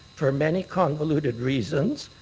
for many convoluted reasons,